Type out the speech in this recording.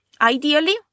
ideally